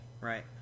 right